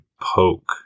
poke